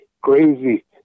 crazy